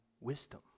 wisdom